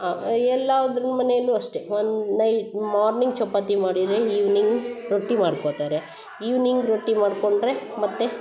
ಎಲ್ಲಾದರು ಮನೆಯಲ್ಲು ಅಷ್ಟೆ ಒನ್ ನೈಟ್ ಮಾರ್ನಿಂಗ್ ಚಪಾತಿ ಮಾಡಿದರೆ ಈವ್ನಿಂಗ್ ರೊಟ್ಟಿ ಮಾಡ್ಕೊತಾರೆ ಈವ್ನಿಂಗ್ ರೊಟ್ಟಿ ಮಾಡ್ಕೊಂಡರೆ ಮತ್ತೆ